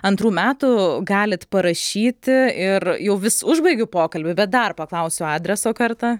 antrų metų galit parašyti ir jau vis užbaigiu pokalbį bet dar paklausiu adreso kartą